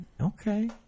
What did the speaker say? Okay